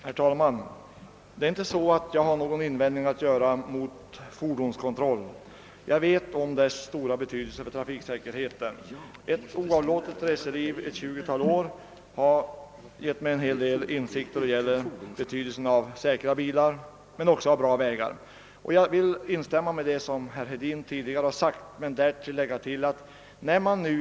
Herr talman! Jag har inte någon invändning att göra mot fordonskontroll; jag känner dess stora värde för trafiksäkerheten. Ett oavlåtligt resande under ett tjugotal år har givit mig en hel del insikt när det gäller betydelsen av säkra bilar men också av bra vägar. Jag instämmer i vad herr Hedin tidigare har anfört men vill lägga till några ytterligare synpunkter.